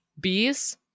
Bees